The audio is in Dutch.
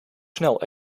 snel